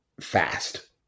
fast